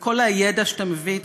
וכל הידע שאתה מביא איתך,